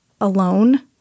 alone